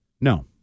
No